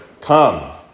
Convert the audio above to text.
come